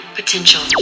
potential